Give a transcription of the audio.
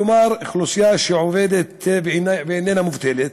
כלומר אוכלוסייה שעובדת ואיננה מובטלת,